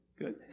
Good